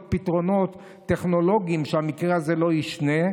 פתרונות טכנולוגיים כדי שהמקרה הזה לא יישנה,